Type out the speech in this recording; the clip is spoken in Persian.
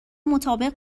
مطابق